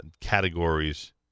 categories